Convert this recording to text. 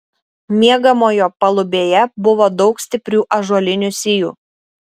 miegamojo palubėje buvo daug stiprių ąžuolinių sijų